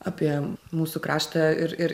apie mūsų kraštą ir ir